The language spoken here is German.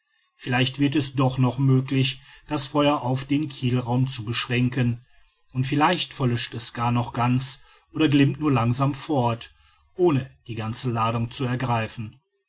vielleicht wird es doch noch möglich das feuer auf den kielraum zu beschränken und vielleicht verlöscht es gar noch ganz oder glimmt nur langsam fort ohne die ganze ladung zu ergreifen